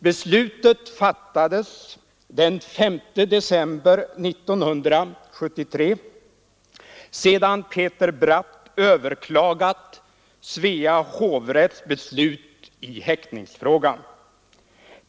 Beslutet fattades den 5 december 1973 sedan Peter Bratt överklagat Svea hovrätts beslut i häktningsfrågan.